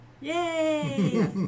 Yay